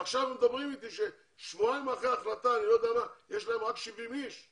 עכשיו אומרים לי ששבועיים אחרי ההחלטה יש להם רק 70 אנשים.